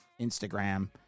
Instagram